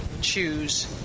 choose